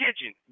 kitchen